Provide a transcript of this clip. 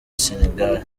senegal